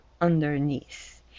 underneath